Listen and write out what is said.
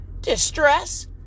distress